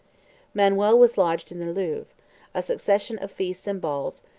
manuel was lodged in the louvre a succession of feasts and balls,